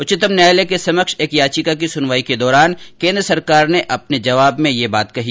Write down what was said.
उच्चतम न्यायालय के समक्ष एक याचिका की सुनवाई के दौरान केन्द्र सरकार ने अपने जवाब में ये बता कही